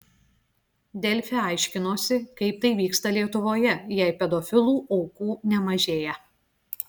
delfi aiškinosi kaip tai vyksta lietuvoje jei pedofilų aukų nemažėja